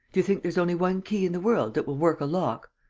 do you think there's only one key in the world that will work a lock?